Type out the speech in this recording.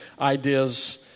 ideas